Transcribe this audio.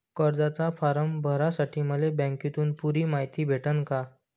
कर्जाचा फारम भरासाठी मले बँकेतून पुरी मायती भेटन का?